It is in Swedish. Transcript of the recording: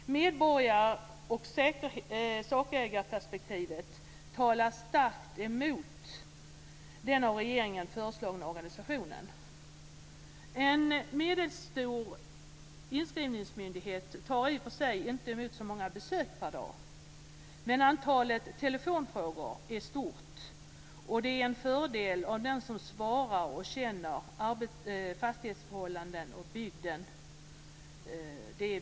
Medborgar och sakägarperspektivet talar stark emot den av regeringen föreslagna organisationen. En medelstor inskrivningsmyndighet tar i och för sig inte emot så många besök per dag, men antalet telefonfrågor är stort. Det är en fördel om den som svarar känner fastighetsförhållanden och bygden.